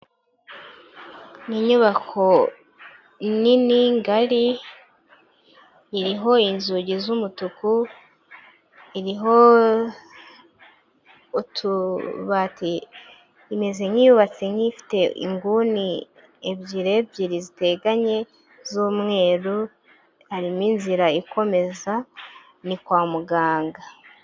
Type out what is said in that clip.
Ni inyubako nini ngari, iriho inzugi z'umutuku, iriho utubati, imeze nk'iyubatse nk'ifite inguni ebyiri ebyiri ziteganye z'umweru, harimo inzira ikomeza ni kwa muganga.